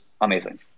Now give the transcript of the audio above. amazing